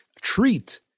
treat